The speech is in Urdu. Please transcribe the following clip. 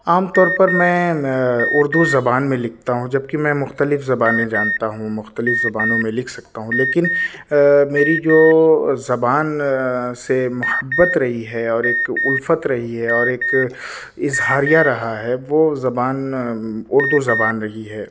عام طور پر میں اردو زبان میں لکھتا ہوں جبکہ میں مختلف زبانیں جانتا ہوں مختلف زبانوں میں لکھ سکتا ہوں لیکن میری جو زبان سے محبت رہی ہے اور ایک الفت رہی ہے اور ایک اظہاریہ رہا ہے وہ زبان اردو زبان رہی ہے